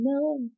No